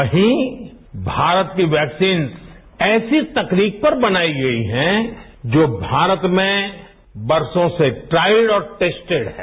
वहीं भारत की वैक्सीन ऐसी तकनीक से बनाई गई है जो भारत में बरसो से ट्राइल और टेस्टिड है